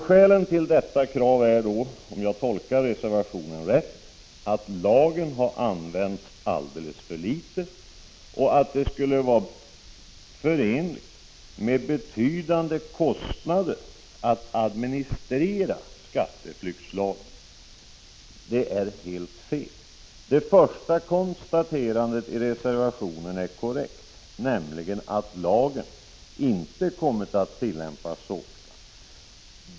Skälen till detta krav är, om jag tolkar reservationen rätt, att lagen har använts alldeles för litet och att det skulle vara förenligt med betydande kostnader att administrera skatteflyktslagen. Det är helt fel. Det första konstaterandet i reservationen är korrekt, nämligen att lagen inte har kommit att tillämpas så ofta.